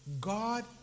God